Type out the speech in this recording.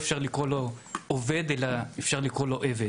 בכל הדברים האלה אפשר יהיה לדון בהמשך הדרך,